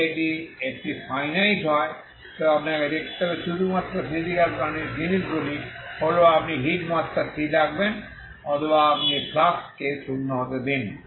যদি এটি একটি ফাইনাইট হয় তবে আপনাকে দেখতে হবে শুধুমাত্র ফিজিকাল জিনিসগুলি হল আপনি হিট মাত্রা স্থির রাখবেন অথবা আপনি ফ্লাক্সকে শূন্য হতে দিন